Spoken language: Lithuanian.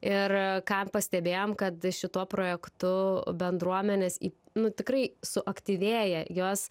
ir ką pastebėjom kad šituo projektu bendruomenės į nu tikrai suaktyvėja jos